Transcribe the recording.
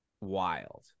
wild